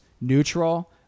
neutral